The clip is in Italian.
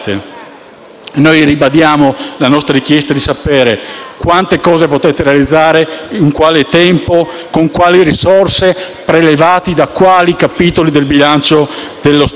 Noi ribadiamo la nostra richiesta di sapere quante cose potete realizzare, in quale tempo, con quali risorse, prelevate da quali capitoli del bilancio dello Stato,